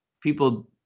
people